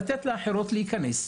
לתת לאחרות להיכנס.